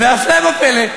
והפלא ופלא,